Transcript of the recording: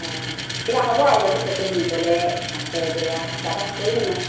অঁ কিবা হ'ব নিবলৈ আছে তেতিয়া কিবা এটা কৰি দিম আৰু